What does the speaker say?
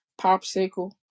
popsicle